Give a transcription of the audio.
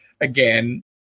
again